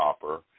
copper